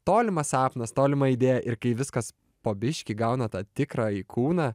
tolimas sapnas tolima idėja ir kai viskas po biškį gauna tą tikrąjį kūną